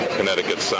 Connecticut